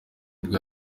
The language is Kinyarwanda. nibwo